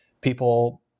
people